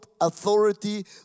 authority